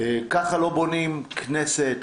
ככה לא בונים כנסת.